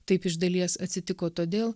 taip iš dalies atsitiko todėl